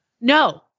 no